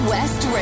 West